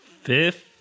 Fifth